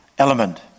element